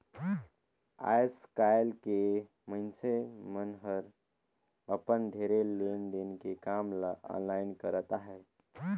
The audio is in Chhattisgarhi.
आएस काएल के मइनसे मन हर अपन ढेरे लेन देन के काम ल आनलाईन करत अहें